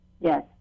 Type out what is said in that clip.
Yes